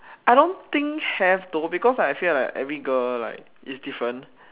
I don't think have though because like I said like every girl like is different